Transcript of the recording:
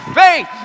faith